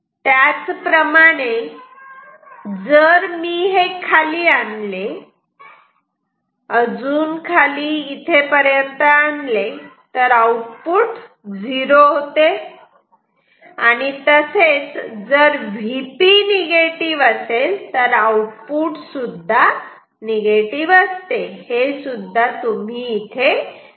त्याचप्रमाणे जर मी हे खाली आणले अजून खाली इथे पर्यंत आणले तर आउटपुट झिरो होते तसेच जर Vp निगेटिव्ह असेल तर आउटपुट सुद्धा निगेटिव्ह असते हे सुद्धा तुम्ही पाहू शकतात